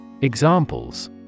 Examples